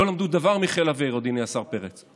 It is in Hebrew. לא למדו דבר מחיל האוויר, אדוני השר פרץ.